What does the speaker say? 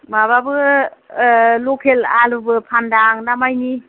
माबाबो लकेल आलुबो फानदां दा मानि